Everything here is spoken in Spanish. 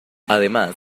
además